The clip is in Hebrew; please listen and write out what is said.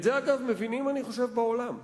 את זה אני חושב שמבינים בעולם.